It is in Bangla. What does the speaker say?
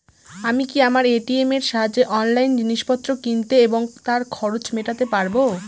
আমি কি আমার এ.টি.এম এর সাহায্যে অনলাইন জিনিসপত্র কিনতে এবং তার খরচ মেটাতে পারব?